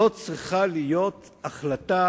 זאת צריכה להיות החלטה